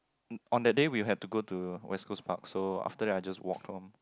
on the day we have to go to West-Coast-Park so after that I just walk home